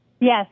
Yes